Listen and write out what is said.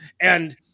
and-